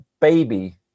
baby